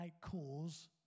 cause